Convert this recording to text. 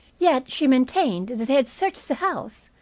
yet she maintained that they had searched the house,